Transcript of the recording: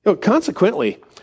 Consequently